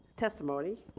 testimony,